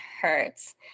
hurts